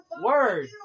Word